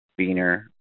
beaner